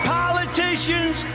politicians